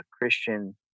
Christian